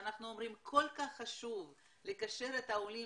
שאנחנו אומרים שכל כך חשוב לקשר את העולים